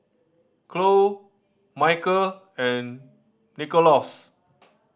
Cloe Michel and Nicholaus